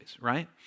right